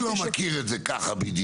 אני לא מכיר את זה ככה בדיוק.